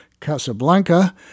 Casablanca